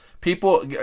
people